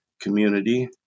community